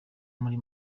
muri